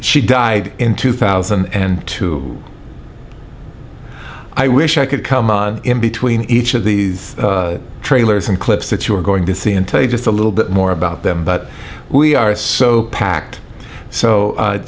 she died in two thousand and two i wish i could come on in between each of these trailers and clips that you're going to see in play just a little bit more about them but we are so packed so